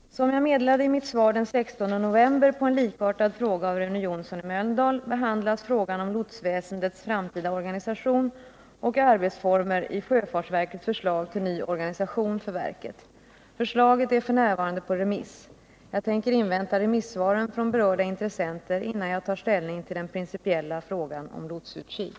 Herr talman! Rune Johnsson i Mölndal har frågat mig om jag ämnar vidtaga åtgärder för att lotsutkiken på Lysekils lotsplats och lotsutkiken på Nordkosters lotsplats även framdeles skall vara bemannade i oförändrad utsträckning. Som jag meddelade i mitt svar den 16 november på en likartad fråga av Rune Johnsson i Mölndal behandlas frågan om lotsväsendets framtida organisation och arbetsformer i sjöfartsverkets förslag till ny organisation för verket. Förslaget är f. n. på remiss. Jag tänker invänta remissvaren från berörda intressenter innan jag tar ställning till den principiella frågan om lotsutkik.